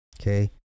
Okay